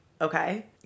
okay